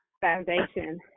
foundation